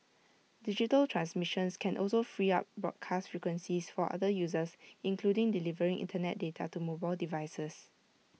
digital transmissions can also free up broadcast frequencies for other uses including delivering Internet data to mobile devices